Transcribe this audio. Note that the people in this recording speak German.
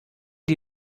die